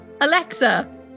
Alexa